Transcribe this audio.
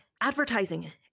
advertising